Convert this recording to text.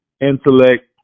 intellect